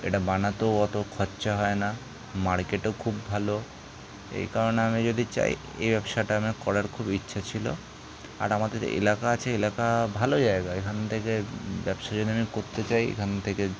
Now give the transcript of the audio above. এটা বানাতেও অতো খরচা হয় না মার্কেটও খুব ভালো এই কারণে আমি যদি চাই এই ব্যবসাটা আমার করার খুব ইচ্ছা ছিলো আর আমাদের এলাকা আছে এলাকা ভালো জায়গা এখান থেকে ব্যবসা যদি আমি করতে চাই এখান থেকে